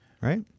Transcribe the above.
right